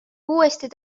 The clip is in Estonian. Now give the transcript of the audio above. uuesti